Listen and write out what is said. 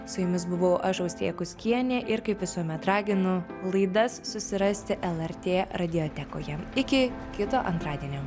su jumis buvau aš austėja kuskienė ir kaip visuomet raginu laidas susirasti lrt radiotekoje iki kito antradienio